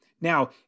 Now